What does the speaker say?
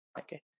Okay